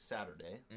Saturday